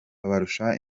babarusha